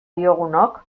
diogunok